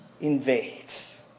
Invades